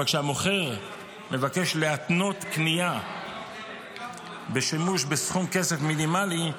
אבל כשהמוכר מבקש להתנות קנייה בשימוש בסכום כסף מינימלי,